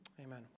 Amen